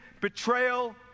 betrayal